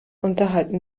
unterhalten